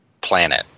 planet